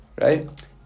Right